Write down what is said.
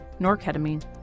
norketamine